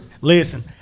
Listen